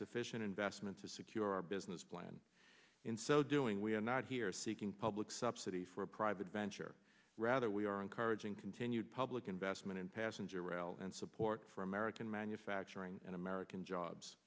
sufficient investment to secure our business plan in so doing we are not here seeking public subsidy for a private venture rather we are encouraging continued public investment in passenger rail and support for american manufacturing and american jobs